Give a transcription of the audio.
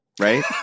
right